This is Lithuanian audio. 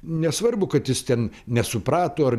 nesvarbu kad jis ten nesuprato ar